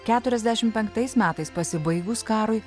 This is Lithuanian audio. keturiasdešim penktais metais pasibaigus karui